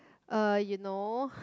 uh you know